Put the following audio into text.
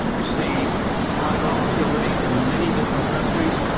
you see high volatility in many different countries.